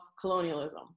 colonialism